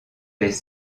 des